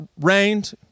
rained